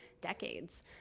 decades